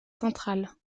central